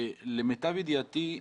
למיטב ידיעתי,